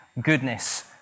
goodness